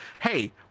hey